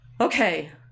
Okay